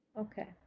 Okay